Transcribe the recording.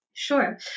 Sure